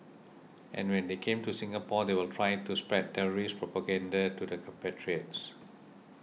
and when they come to Singapore they will try to spread terrorist propaganda to their compatriots